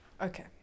Okay